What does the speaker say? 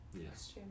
Yes